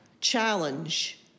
challenge